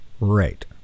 right